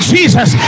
Jesus